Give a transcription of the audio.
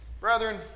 Brethren